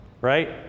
right